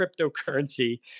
cryptocurrency